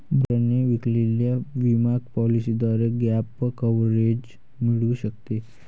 ब्रोकरने विकलेल्या विमा पॉलिसीद्वारे गॅप कव्हरेज मिळू शकते